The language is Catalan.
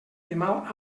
demà